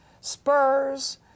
spurs